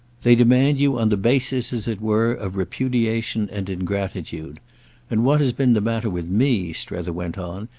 they demand you on the basis, as it were, of repudiation and ingratitude and what has been the matter with me, strether went on,